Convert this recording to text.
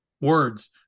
words